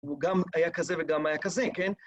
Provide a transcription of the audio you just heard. הוא גם היה כזה וגם היה כזה, כן?